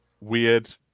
weird